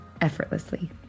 effortlessly